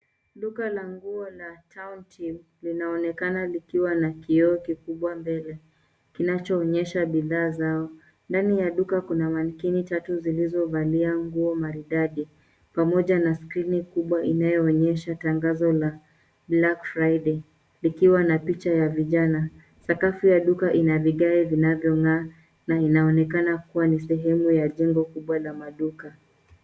Duka la nguo la Town Team linaonekana likiwa na kioo kikubwa mbele, kinachoonyesha bidhaa zao. Ndani ya duka kuna manekini tatu zilizovalia nguo maridadi, pamoja na skrini kubwa inayoonyesha tangazo la Black Friday, iliyo na picha ya vijana. Sakafu ya duka ina vigae vinavyong'aa na inaonekana kuwa ni sehemu ya jengo kubwa la maduka